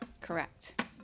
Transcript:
Correct